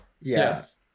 Yes